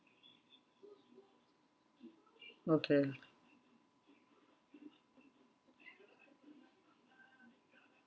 okay